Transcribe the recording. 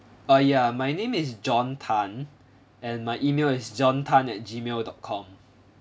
uh ya my name is john tan and my email is john tan at Gmail dot com